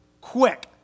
quick